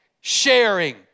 Sharing